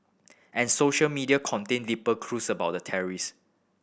and social media contained deeper clues about the terrorists